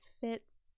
fits